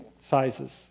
sizes